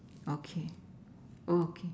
okay okay